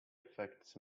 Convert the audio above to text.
affects